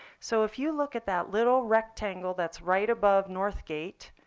so if you look at that little rectangle that's right above northgate,